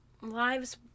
lives